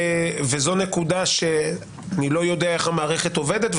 והנקודה שאני לא יודע איך המערכת עובדת,